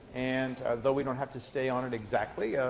and though we don't have to stay on it exactly,